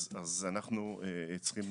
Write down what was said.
אז אנחנו צריכים